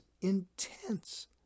intense